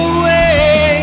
away